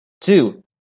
two